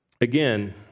again